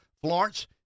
Florence